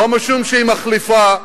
לא משום שהיא מחליפה,